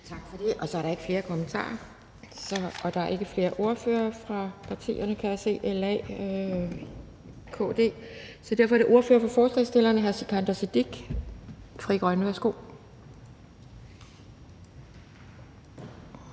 Tak for det. Så er der ikke flere kommentarer, og der er ikke nogen ordførere fra partierne LA og KD, kan jeg se, så derfor er det ordføreren for forslagsstillerne, hr. Sikandar Siddique, Frie Grønne. Værsgo.